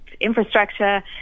infrastructure